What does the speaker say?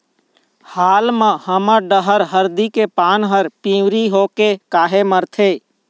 हाल मा हमर डहर हरदी के पान हर पिवरी होके काहे मरथे?